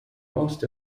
most